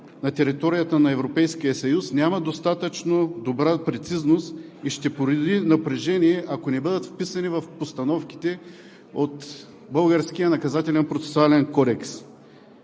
на територията на Европейския съюз, няма достатъчно добра прецизност и ще породи напрежение, ако не бъдат вписани в постановките от българския Наказателно-процесуален кодекс.